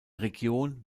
region